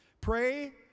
pray